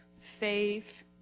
faith